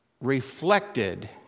reflected